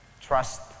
trust